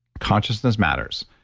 consciousness matters.